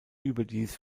überdies